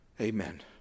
Amen